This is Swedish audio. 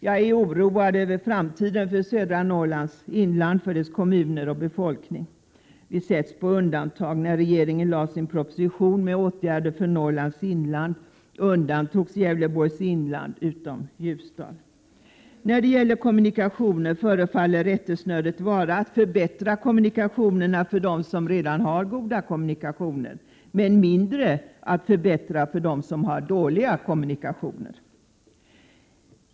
Jag är oroad över framtiden för södra Norrlands inland, för dess kommuner och dess befolkning. Vi sätts på undantag. I regeringens proposition om åtgärder för Norrlands inland undantogs Gävleborgs inland utom Ljusdal. När det gäller kommunikationer förefaller rättesnöret vara att förbättra kommunikationerna för dem som redan har goda kommunikationer men mindre att förbättra för dem som har dåliga kommunikationer.